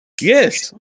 Yes